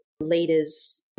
leaders